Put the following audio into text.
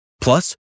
Plus